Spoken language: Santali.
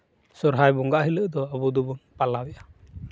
ᱥᱚᱨᱦᱟᱭ ᱵᱚᱸᱜᱟᱜ ᱦᱤᱞᱳᱜ ᱫᱚ ᱟᱵᱚ ᱫᱚᱵᱚᱱ ᱯᱟᱞᱟᱣᱮᱫᱼᱟ